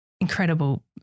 Incredible